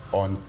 on